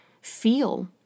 feel